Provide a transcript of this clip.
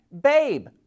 Babe